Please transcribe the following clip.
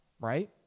Right